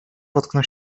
potknął